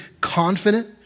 confident